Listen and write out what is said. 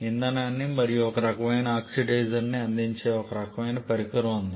ఇంధనాన్ని మరియు ఒక రకమైన ఆక్సిడైజర్నిఅందించే ఒక రకమైన పరికరం ఉంది